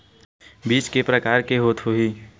बीज के प्रकार के होत होही?